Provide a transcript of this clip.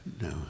No